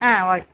ஆ okay